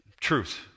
Truth